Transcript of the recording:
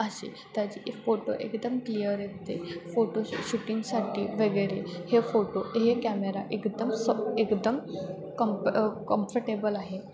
अशी त्याची if photo एकदम क्लिअर येते फोटो शूटिंगसाटी वगैरे हे फोटो हे कॅमेरा एकदम स एकदम कम्फ कम्फर्टेबल आहे